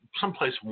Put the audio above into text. someplace